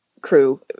crew